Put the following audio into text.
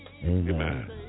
Amen